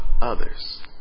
others